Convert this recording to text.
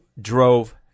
drove